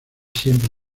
siempre